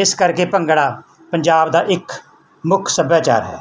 ਇਸ ਕਰਕੇ ਭੰਗੜਾ ਪੰਜਾਬ ਦਾ ਇੱਕ ਮੁੱਖ ਸੱਭਿਆਚਾਰ ਹੈ